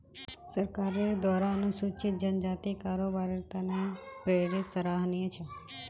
सरकारेर द्वारा अनुसूचित जनजातिक कारोबारेर त न प्रेरित सराहनीय छ